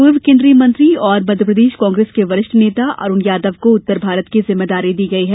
पूर्व केन्द्रीय मंत्री और प्रदेश कांग्रेस के वरिष्ठ नेता अरुण यादव को उत्तर भारत की जिम्मेदारी दी गई है